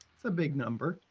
a big number.